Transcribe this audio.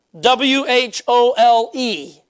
W-H-O-L-E